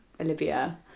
Olivia